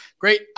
great